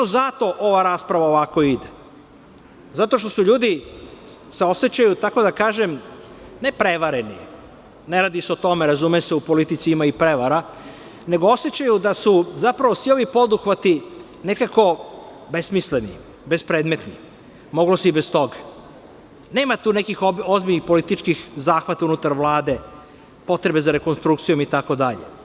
Zato ova rasprava ovako ide, zato što su ljudi, osećaju se prevarenim, ne radi se o tome, razume se, u politici ima i prevara, nego osećaju da su svi ovi poduhvati nekako besmisleni, bezpredmetni, moglo se i bez toga, nema tu nekih ozbiljnih političkih zahvata unutar Vlade, potrebe za rekonstrukcijom itd.